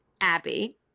Abby